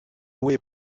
loué